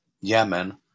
Yemen